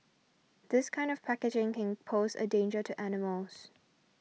this kind of packaging can pose a danger to animals